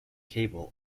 cable